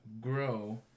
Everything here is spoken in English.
Grow